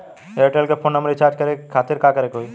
Airtel के phone number recharge करे के खातिर का करे के होई?